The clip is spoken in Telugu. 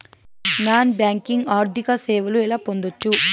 నాన్ బ్యాంకింగ్ ఆర్థిక సేవలు ఎలా పొందొచ్చు?